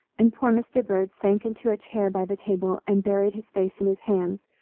and poor mr. bird sank into a chair by the table, and buried his face in his hands,